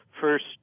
first